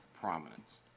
prominence